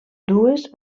dues